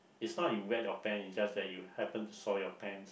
it's not you wet your pant it just that you happen to soil your pants